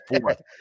fourth